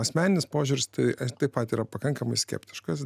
asmeninis požiūris tai taip pat yra pakankamai skeptiškas